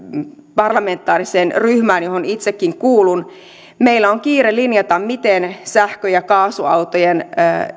parlamentaariseen ryhmään johon itsekin kuulun meillä on kiire linjata miten sähkö ja kaasuautojen